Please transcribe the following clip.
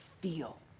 feel